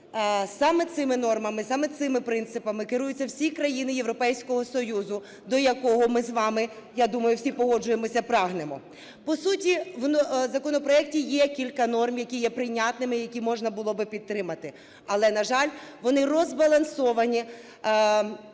Саме цими нормами, саме цими принципами керуються всі країни Європейського Союзу, до якого ми з вами, я думаю, всі погоджуємося, прагнемо. По суті, в законопроекті є кілька норм, які є прийнятними і які можна було би підтримати. Але, на жаль, вони розбалансовані